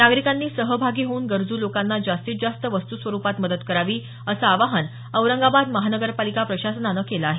नागरिकांनी सहभागी होऊन गरजू लोकांना जास्तीत जास्त वस्तू स्वरुपात मदत करावी असं आवाहन औरंगाबाद महापालिका प्रशासनानं केलं आहे